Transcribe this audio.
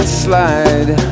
slide